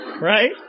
Right